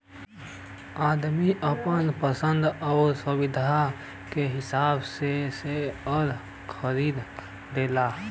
आदमी आपन पसन्द आउर सुविधा के हिसाब से सेअर खरीदला